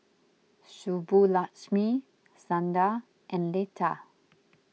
Subbulakshmi Sundar and Lata